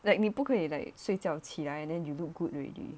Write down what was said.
like 你不可以 like 睡觉起来 then you look good already